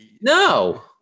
no